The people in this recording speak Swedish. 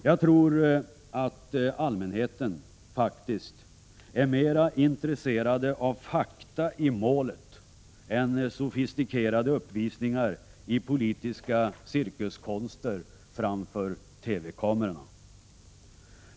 Jag tror faktiskt att allmänheten är mera intresserad av fakta i målet än av sofistikerade uppvisningar i politiska cirkuskonster framför TV kamerorna.